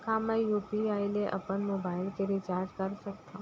का मैं यू.पी.आई ले अपन मोबाइल के रिचार्ज कर सकथव?